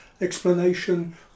explanation